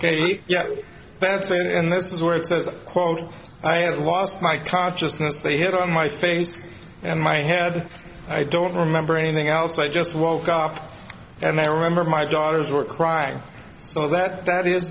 it and this is where it says quote i have lost my consciousness they had on my face and my head i don't remember anything else i just woke up and i remember my daughters were crying so that that is